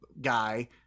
guy